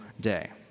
day